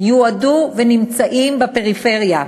יועדו ונמצאים בפריפריה,